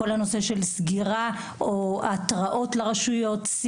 סגירה או התרעות לרשויות,